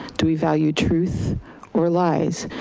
do we value truth or lies?